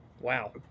Wow